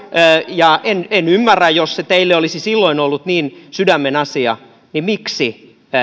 ja en en ymmärrä jos se teille olisi silloin ollut niin sydämenasia niin miksi